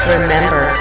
Remember